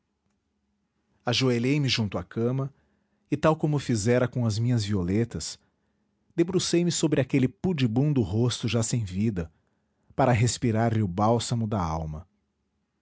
coração ajoelhei-me junto à cama e tal como fizera com as minhas violetas debrucei me sobre aquele pudibundo rosto já sem vida para respirar lhe o bálsamo da alma